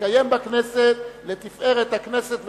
יתקיים בכנסת לתפארת הכנסת וחבריה.